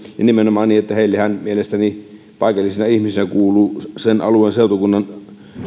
ja nimenomaan niin että heillehän paikallisina ihmisinä mielestäni kuuluu sen alueen seutukunnan